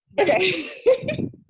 okay